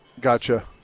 Gotcha